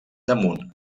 damunt